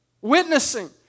Witnessing